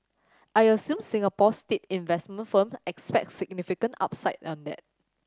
I assume Singapore's state investment firm expects significant upside on that